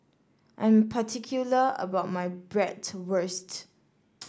I'm particular about my Bratwurst